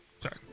Sorry